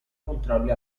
controlli